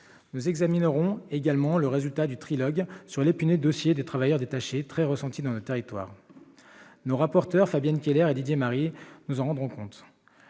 Nous examinerons également le résultat du trilogue sur l'épineux dossier des travailleurs détachés, qui est très vivement ressenti dans nos territoires. Nos rapporteurs, Fabienne Keller et Didier Marie, nous en rendront compte.